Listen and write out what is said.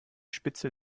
spitzel